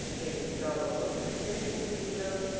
in the struggle for subsistence he wrote,